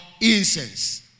incense